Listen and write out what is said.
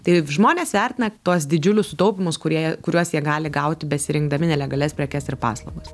tai žmonės vertina tuos didžiulius sutaupymus kurie kuriuos jie gali gauti besirinkdami nelegalias prekes ir paslaugas